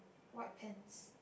white pants